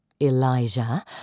Elijah